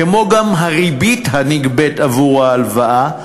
כמו גם הריבית הנגבית עבור ההלוואה,